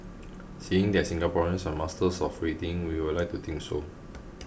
seeing that Singaporeans are masters of waiting we would like to think so